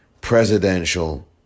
presidential